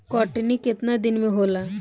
कटनी केतना दिन में होला?